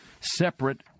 separate